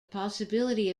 possibility